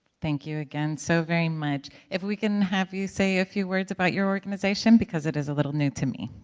thank you, again, so very much. if we can have you say a few words about your organization because it is a little new to me,